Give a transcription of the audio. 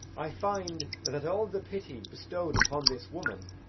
i find that all the pity bestow'd upon this woman,